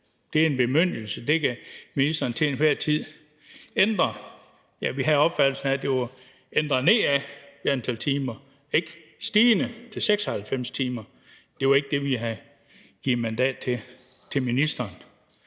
Det er en bemyndigelse, og det kan ministeren til enhver tid ændre. Ja, vi havde opfattelsen af, at det var ændret nedad i antal timer og ikke stigende til 96 timer. Det var ikke det, som vi havde givet mandat til ministeren